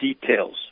details